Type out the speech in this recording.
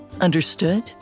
Understood